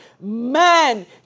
man